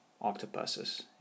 octopuses